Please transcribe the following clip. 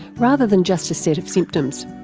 rather than just a set of symptoms.